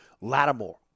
Lattimore